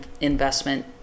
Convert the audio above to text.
investment